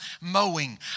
mowing